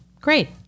great